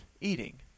eating